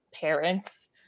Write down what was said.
parents